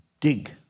Dig